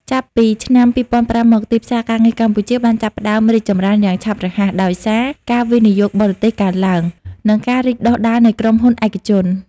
ចាប់ពីឆ្នាំ ២០០៥ មក ទីផ្សារការងារកម្ពុជាបានចាប់ផ្តើមរីកចម្រើនយ៉ាងឆាប់រហ័ស ដោយសារការវិនិយោគបរទេសកើនឡើង និងការរីកដុះដាលនៃក្រុមហ៊ុនឯកជន។